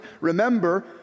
remember